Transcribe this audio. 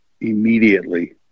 immediately